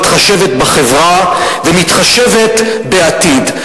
מתחשבת בחברה ומתחשבת בעתיד.